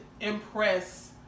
impress